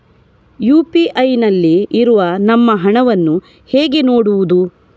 UPI ನಲ್ಲಿ ಇರುವ ನಮ್ಮ ಹಣವನ್ನು ಹೇಗೆ ನೋಡುವುದು?